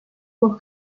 voz